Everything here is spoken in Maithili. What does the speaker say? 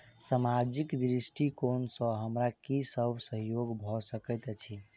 सामाजिक दृष्टिकोण सँ हमरा की सब सहयोग भऽ सकैत अछि?